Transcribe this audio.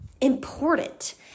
important